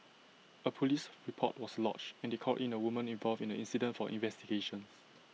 A Police report was lodged and they called in A woman involved in the incident for investigations